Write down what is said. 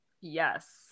yes